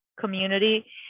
community